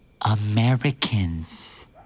Americans